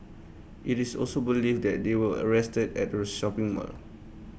IT is also believed that they were arrested at A shopping mall